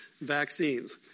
vaccines